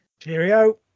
Cheerio